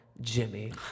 Jimmy